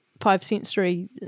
five-sensory